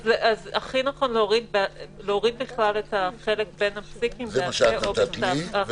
אז הכי נכון להוריד בכלל את החלק בין הפסיקים "בעל פה או בכתב".